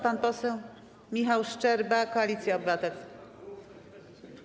Pan poseł Michał Szczerba, Koalicja Obywatelska.